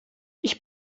ich